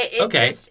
Okay